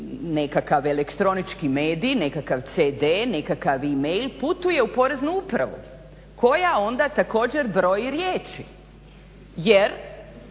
nekakav elektronički medij, nekakav cd, nekakav e-mail putuje u Poreznu upravu koja onda također broji riječi jer